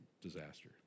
Disaster